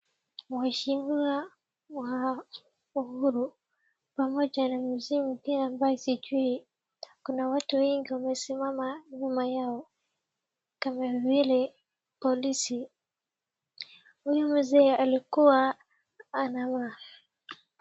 Mheshimiwa wa Uhuru pamoja na mzee ambaye sijui. Kuna watu wengi wamesimama nyuma yao kama vile polisi. Huyu mzee alikua ana.